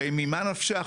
הרי ממה נפשך?